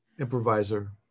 improviser